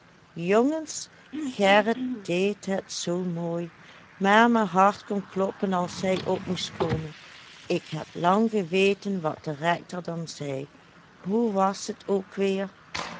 jongens gerrit deed het zoo mooi maar me hart kon kloppen als hij op moest komen ik heb lang geweten wat de rector dan zei hoe was t ook weer